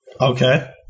Okay